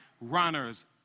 runners